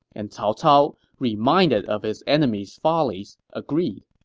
and cao cao, reminded of his enemies' follies, agreed